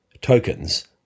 tokens